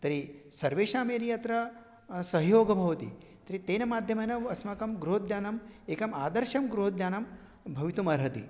तर्हि सर्वेषां यदि अत्र सहयोगः भवति तर्हि तेन माध्यमेन व अस्माकं गृहोद्यानम् एकम् आदर्शं गृहोद्यानं भवितुमर्हति